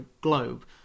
globe